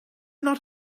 not